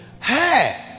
Hey